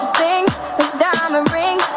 best marines